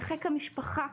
בחיק המשפחה,